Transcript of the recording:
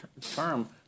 term